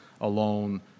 alone